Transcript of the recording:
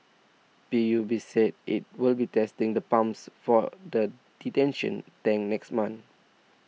P U B said it will be testing the pumps for the detention tank next month